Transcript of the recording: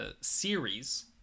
series